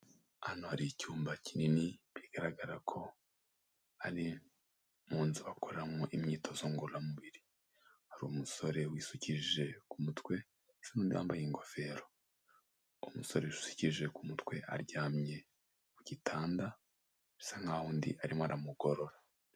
Hano hari icyumba kinini, bigaragara ko ari mu nzu bakoramo imyitozo ngororamubiri. Hari umusore wisukije ku mutwe ndetse n'uwambaye ingofero. Umusore wisukishije ku mutwe aryamye ku gitanda, bisa nk'aho undi arimo aramugorora.